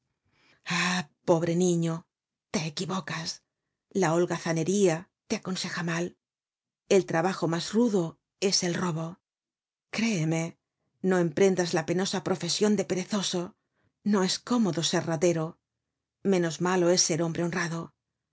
pobre niño te equivocas la holgazanería te aconseja mal el trabajo mas rudo es el robo créeme no emprendas la penosa profesion de perezoso no es cómodo ser ratero menos malo es ser hombre honrado